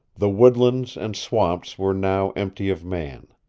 the woodlands and swamps were now empty of man.